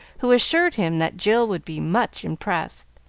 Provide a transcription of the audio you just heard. who assured him that jill would be much impressed.